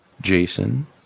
Jason